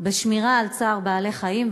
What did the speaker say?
בשמירה על צער בעלי-חיים,